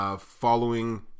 Following